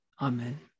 Amen